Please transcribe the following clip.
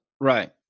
Right